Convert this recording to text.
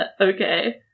Okay